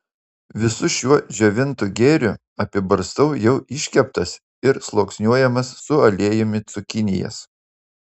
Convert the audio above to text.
visu šiuo džiovintu gėriu apibarstau jau iškeptas ir sluoksniuojamas su aliejumi cukinijas